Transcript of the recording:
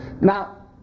Now